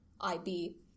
IB